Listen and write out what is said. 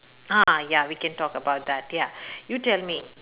ah ya we can talk about that ya you tell me